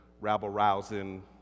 rabble-rousing